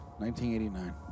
1989